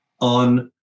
on